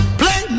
play